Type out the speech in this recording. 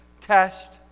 test